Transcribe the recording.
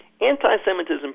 anti-Semitism